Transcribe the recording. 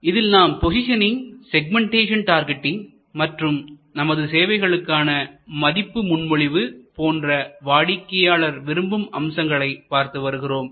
இதில் நாம் positioning segmentation targeting மற்றும் நமது சேவைகளுக்கான மதிப்பு முன்மொழிவு போன்ற வாடிக்கையாளர் விரும்பும் அம்சங்களை பார்த்து வருகிறோம்